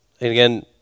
again